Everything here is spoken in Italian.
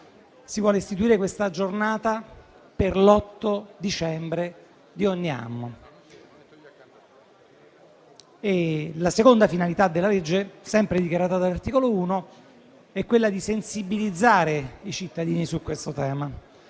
Si vuole istituire questa giornata l'8 dicembre di ogni anno. La seconda finalità della legge, sempre dichiarata dall'articolo 1, è quella di sensibilizzare i cittadini sul tema